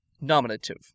nominative